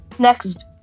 Next